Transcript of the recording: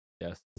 Yes